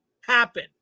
happen